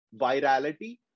virality